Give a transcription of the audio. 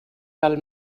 del